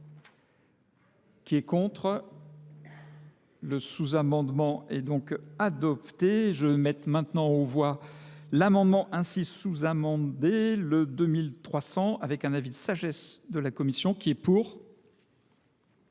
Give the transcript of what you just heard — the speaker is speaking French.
Le sous-amendement est donc adopté. Je vais maintenant mettre au voie l'amendement ainsi sous-amendé, le 2301 avec un avis de sagesse de la Commission qui est pour,